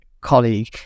colleague